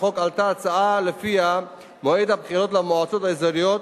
החוק עלתה הצעה שלפיה מועד הבחירות למועצות האזוריות